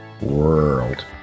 world